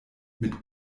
mit